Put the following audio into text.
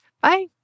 bye